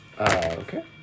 Okay